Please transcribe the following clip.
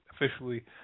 officially